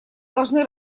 должны